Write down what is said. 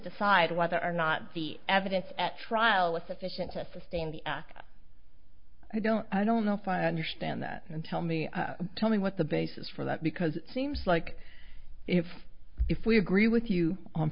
decide whether or not the evidence at trial was sufficient to sustain the i don't i don't know if i understand that and tell me tell me what the basis for that because it seems like if if we agree with you on